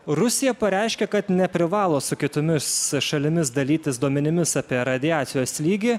rusija pareiškė kad neprivalo su kitomis šalimis dalytis duomenimis apie radiacijos lygį